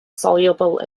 soluble